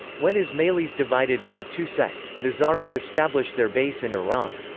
when ismailis divided into two sects, nizaris established their base in iran.